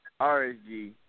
RSG